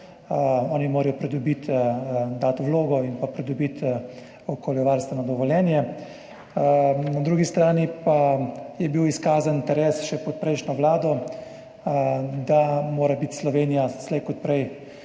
Oni morajo dati vlogo in pridobiti okoljevarstveno dovoljenje. Na drugi strani pa je bil izkazan interes, še pod prejšnjo vlado, da mora biti Slovenija slej ko prej